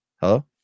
Hello